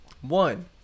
One